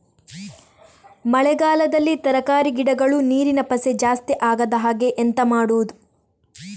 ಮಳೆಗಾಲದಲ್ಲಿ ತರಕಾರಿ ಗಿಡಗಳು ನೀರಿನ ಪಸೆ ಜಾಸ್ತಿ ಆಗದಹಾಗೆ ಎಂತ ಮಾಡುದು?